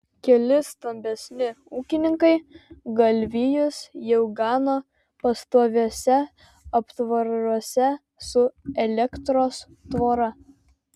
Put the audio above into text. keli stambesni ūkininkai galvijus jau gano pastoviuose aptvaruose su elektros tvora